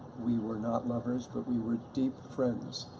we were not lovers but we were deep friends.